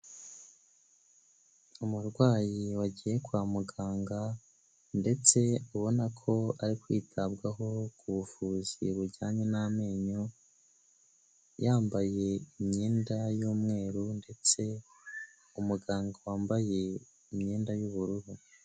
Umurwayi wagiye kwa muganga ndetse ubona ko ari kwitabwaho ku buvuzi bujyanye n'amenyo, yambaye imyenda y'umweru ndetse umuganga wambaye imyenda y'ubururu.